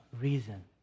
reason